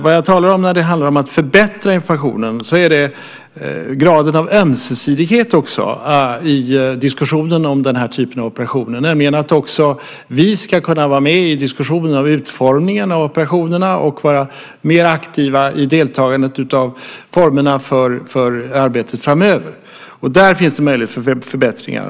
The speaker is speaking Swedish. Vad jag talar om när det handlar om att förbättra informationen är också graden av ömsesidighet i diskussionen om den här typen av operationer. Också vi ska kunna vara med i diskussionen om utformningen av operationerna och vara mer aktiva och delta i arbetet med formerna för arbetet framöver. Där finns en möjlighet för förbättringar.